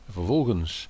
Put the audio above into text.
Vervolgens